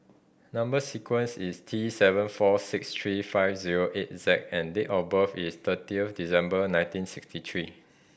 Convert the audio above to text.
number sequence is T seven four six three five zero eight Z and date of birth is thirtieth December nineteen sixty three